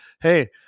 Hey